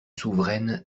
souveraine